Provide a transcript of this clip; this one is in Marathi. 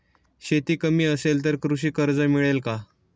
शेती कमी असेल तर कृषी कर्ज मिळेल का?